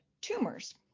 tumors